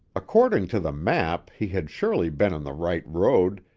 according to the map, he had surely been on the right road,